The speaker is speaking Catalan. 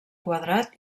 quadrat